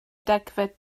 degfed